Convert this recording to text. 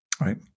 Right